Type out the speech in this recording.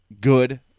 good